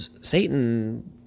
Satan